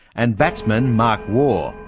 and batsman mark waugh.